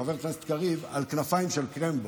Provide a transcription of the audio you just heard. חבר הכנסת קריב על כנפיים של קרמבו,